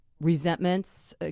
resentments